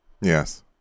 Yes